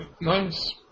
Nice